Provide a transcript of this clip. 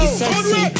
sexy